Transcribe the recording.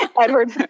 Edward